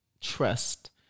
trust